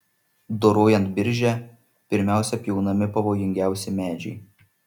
dorojant biržę pirmiausia pjaunami pavojingiausi medžiai